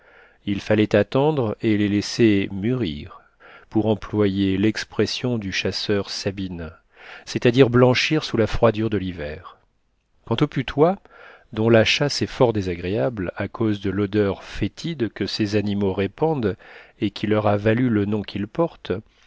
il fallait attendre et les laisser mûrir pour employer l'expression du chasseur sabine c'est-à-dire blanchir sous la froidure de l'hiver quant aux putois dont la chasse est fort désagréable à cause de l'odeur fétide que ces animaux répandent et qui leur a valu le nom qu'ils portent